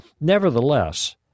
nevertheless